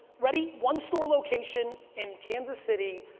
ready, one store location in kansas city,